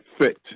fit